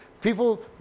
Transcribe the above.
People